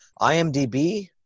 IMDb